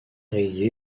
rayé